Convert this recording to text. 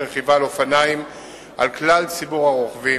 רכיבה על אופניים על כלל ציבור הרוכבים.